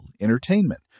entertainment